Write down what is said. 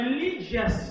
religious